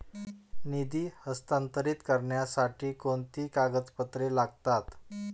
निधी हस्तांतरित करण्यासाठी कोणती कागदपत्रे लागतात?